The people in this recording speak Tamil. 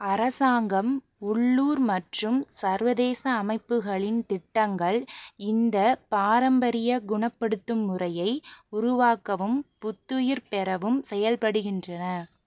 அரசாங்கம் உள்ளூர் மற்றும் சர்வதேச அமைப்புகளின் திட்டங்கள் இந்த பாரம்பரிய குணப்படுத்தும் முறையை உருவாக்கவும் புத்துயிர் பெறவும் செயல்படுகின்றன